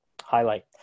highlight